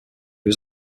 was